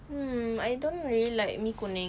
hmm I don't really like mee kuning